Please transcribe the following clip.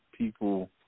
People